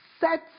Set